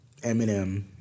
Eminem